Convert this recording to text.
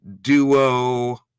duo